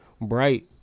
Bright